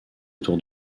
autour